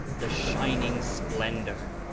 the shining splendor.